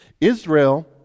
Israel